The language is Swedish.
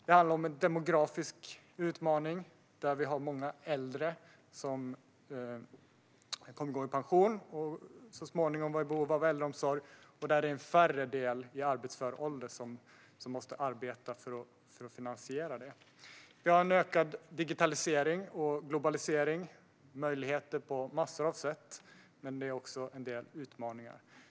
Det handlar om en demografisk utmaning, där vi har många äldre som kommer att gå i pension och så småningom vara i behov av äldreomsorg och där det är färre i arbetsför ålder som måste arbeta för att finansiera detta. Vi har en ökad digitalisering och globalisering och möjligheter på massor av sätt, men det är också en del utmaningar.